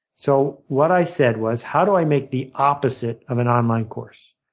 so what i said was how do i make the opposite of an online course?